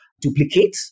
duplicate